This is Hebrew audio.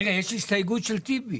רגע, יש הסתייגות של טיבי.